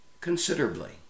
considerably